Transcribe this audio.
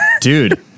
Dude